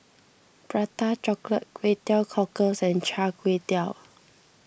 Prata Chocolate Kway Teow Cockles and Char Kway Teow